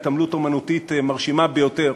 התעמלות אמנותית מרשימה ביותר